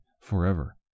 forever